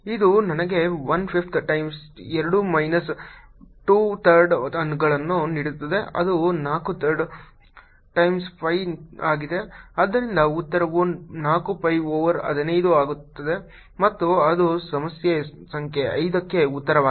ಇದು ನನಗೆ 1 fifth times 2 minus 2 ಥರ್ಡ್ಗಳನ್ನು ನೀಡುತ್ತದೆ ಅದು 4 ಥರ್ಡ್ ಟೈಮ್ಸ್ pi ಆಗಿದೆ ಆದ್ದರಿಂದ ಉತ್ತರವು 4 pi ಓವರ್ 15 ಆಗುತ್ತದೆ ಮತ್ತು ಅದು ಸಮಸ್ಯೆ ಸಂಖ್ಯೆ 5 ಕ್ಕೆ ಉತ್ತರವಾಗಿದೆ